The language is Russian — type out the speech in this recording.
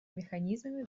механизмами